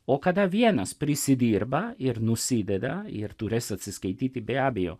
o kada vienas prisidirba ir nusideda ir turės atsiskaityti be abejo